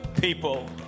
people